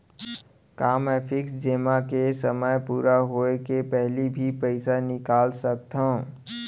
का मैं फिक्स जेमा के समय पूरा होय के पहिली भी पइसा निकाल सकथव?